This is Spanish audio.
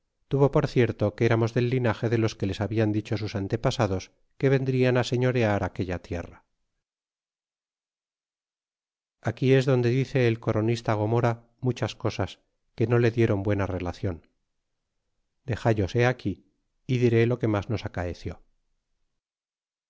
tuvo por cierto que eramos del linage de los que les habian dicho sus antepasados que vendrian á señorear aquella tierra aquí es donde dice el coronista gomora muchas cosas que no le dieron buena relacion dexallos he aquí y diré lo que mas nos acaeció